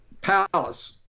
palace